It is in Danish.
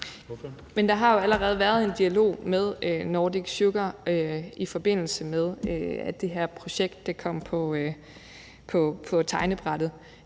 Men der har jo allerede været en dialog med Nordic Sugar, i forbindelse med at det her projekt kom på tegnebrættet.